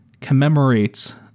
commemorates